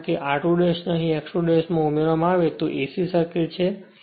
કારણ કે r2 અહી x 2 માં ઉમેરવામાં આવે છે તે ac સર્કિટછે